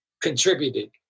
contributed